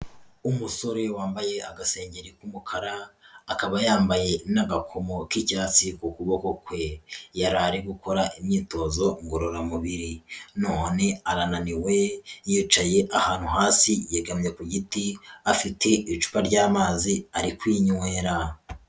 Umusore wambaye agasengengeri k'umukara, akaba yambaye n'agakomo k'icya ukuboko kwe, yari ari gukora imyitozo ngororamubiri, none arananiwe yicaye ahantu hasi, yegamye ku giti afite icupa ry'amazi ari kwinywera.